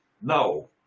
No